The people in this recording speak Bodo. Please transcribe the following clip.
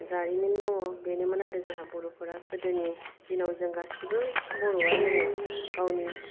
जारिमिन दङ बेनोमोन आरो जोंहा बर'फोरा गोदोनि दिनाव जों गासिबो बर'आ जोङो गावनि